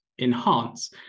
enhance